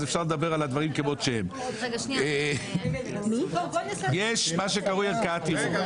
אז אפשר לבר על הדברים כמות שהם יש מה שקרוי ערכאת ערעור --- רגע,